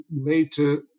later